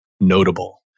notable